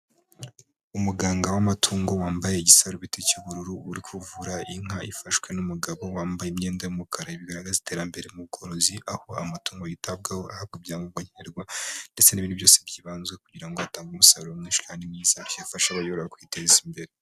Umuganga w'amatungo wambaye igisarubeti cy'ubururu uri kuvura inka ifashwe n'umugabo wambaye imyenda y'umukara bigaragaza iterambere mu bworozi aho amatungo yitabwaho ahabwa ibyangombwa nkenerwa ndetse n'ibindi byose byibazwe kugira ngo atange umusaruro mwinshi kandi mwiza ibyo bifasha abayobora kwiteza imbere.